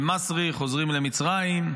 אל-מסרי חוזרים למצרים,